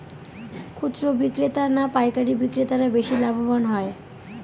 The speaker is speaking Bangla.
খুচরো বিক্রেতা না পাইকারী বিক্রেতারা বেশি লাভবান হয়?